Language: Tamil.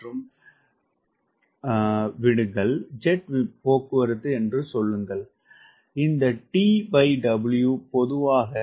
மற்றும் விடுங்கள் ஜெட் போக்குவரத்து என்று சொல்லுங்கள் இந்த TW பொதுவாக 0